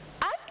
ask